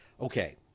okay